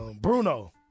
Bruno